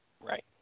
Right